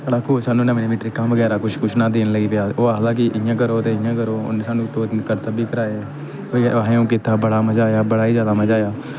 साढ़ा कोच साह्नू नमीं नमीं ट्रिकां बगैरा दियां कुछ कुछ ना देन लगी पेआ ओह् आखदा कि इ'यां करो ते इ'यां करो उन साह्नू दो तीन कत्थ बी कराए आहें ओह् कित्ता बड़ा मजा आया बड़ा ही जैदा मजा आया